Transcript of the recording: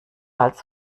als